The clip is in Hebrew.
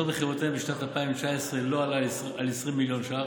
מכירותיהם בשנת 2017 לא עלה על 20 מיליון ש"ח.